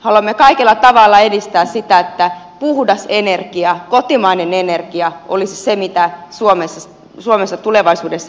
haluamme kaikella tavalla edistää sitä että puhdas energia kotimainen energia olisi se mitä suomessa tulevaisuudessa edistetään